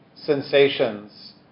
sensations